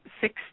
six